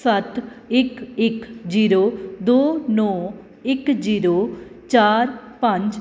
ਸੱਤ ਇੱਕ ਇੱਕ ਜੀਰੋ ਦੋ ਨੌ ਇੱਕ ਜੀਰੋ ਚਾਰ ਪੰਜ